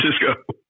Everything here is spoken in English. Francisco